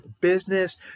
business